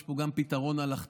יש פה גם פתרון הלכתי,